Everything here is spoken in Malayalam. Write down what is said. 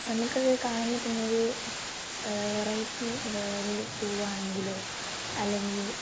നമുക്കത് കാണുമ്പോൾത്തന്നൊരു വേറൈറ്റി ഒരു പൂവാണെങ്കിലും അല്ലെങ്കിൽ